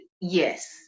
Yes